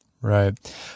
Right